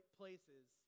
places